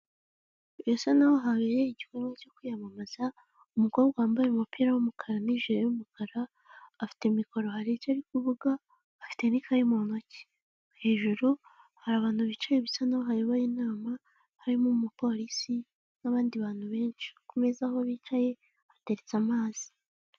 Birasa naho habere igikorwa cyo kwiyamamaza umukobwa wambaye umupira w'umukara niji yumukara afite mikoro hari icyo ari kuvuga afite ikayi mu ntoki. Hejuru hari abantu bicaye bisa aho ayoboye inama harimo umupolisi n'abandi bantu benshi kumeza aho bicaye hateretse amazi.